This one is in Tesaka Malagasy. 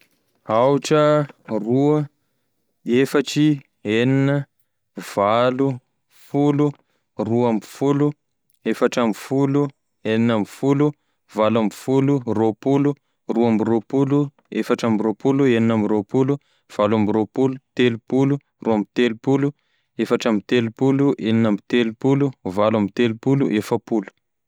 Aotra, roy, efatry, enina, valo, folo, roa amby folo, efatry amby folo, enina amby folo, valo amby folo, roapolo, roa amby roapolo, efatry amby roapolo, enina amby roapolo, valo amby roapolo, telopolo, roa amby telopolo, efatry amby telopolo, enina amby telopolo, valo amby telopolo, efapolo.